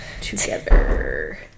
together